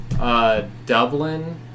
Dublin